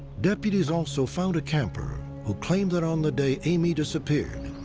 deputies also found a camper, who claimed that on the day amy disappeared,